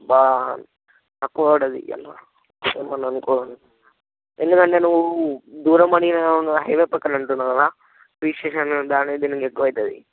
అబ్బా తక్కువ పడదు ఇవ్వాళ ఏమైనా అనుకోమను ఎందుకంటే నువ్వు దూరం అడిగావు హైవే ప్రక్కన అంటున్నావు కదా రిజిస్ట్రేషన్ దానికి దీనికి ఎక్కువ అవుతుంది